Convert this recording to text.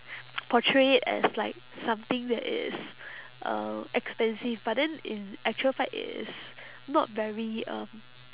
portray it as like something that is uh expensive but then in actual fact it is not very um